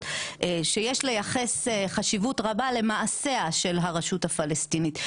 שיש לייחס חשיבות רבה למעשיה של הרשות הפלסטינית.